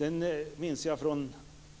Jag minns från